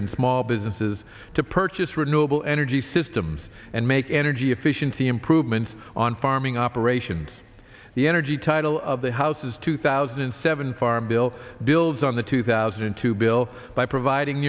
and small businesses to purchase renewable energy systems and make energy efficiency improvements on farming operations the energy title of the house's two thousand and seven farm bill builds on the two thousand and two bill by providing